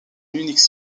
unique